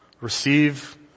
Receive